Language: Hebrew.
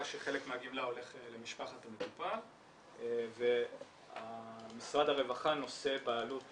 שחלק מהגמלה הולך למשפחת המטופל ומשרד הרווחה נושא בעלות